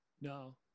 No